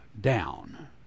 down